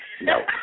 No